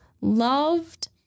loved